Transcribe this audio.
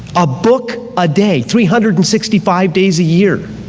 a book a day, three hundred and sixty five days a year.